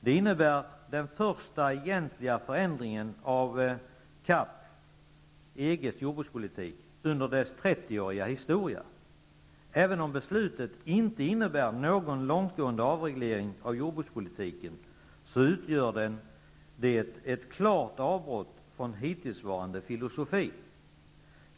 Det innebär den första egentliga förändringen av CAP -- EG:s jordbrukspolitik -- under dess 30-åriga historia. Även om beslutet inte innebär någon långtgående avreglering av jordbrukspolitiken så utgör det ett klart avbrott från hittillsvarande filosofi.